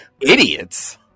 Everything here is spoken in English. idiots